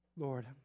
Lord